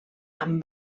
amb